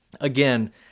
again